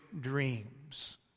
dreams